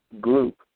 group